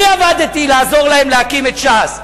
אני עבדתי לעזור להם להקים את ש"ס,